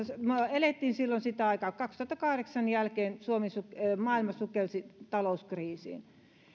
elettiin silloin sitä aikaa kaksituhattakahdeksan jälkeen maailma sukelsi talouskriisiin